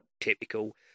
typical